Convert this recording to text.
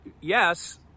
Yes